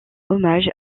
hommage